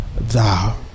thou